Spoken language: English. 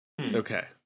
Okay